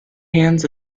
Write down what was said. hands